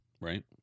right